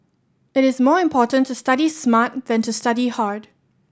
it is more important to study smart than to study hard